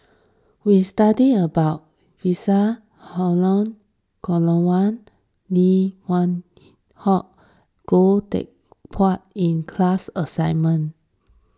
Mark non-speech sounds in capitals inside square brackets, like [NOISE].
we studied about Visa [UNINTELLIGIBLE] Lim [UNINTELLIGIBLE] Hock and Goh Teck Phuan in class assignment